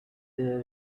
their